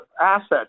assets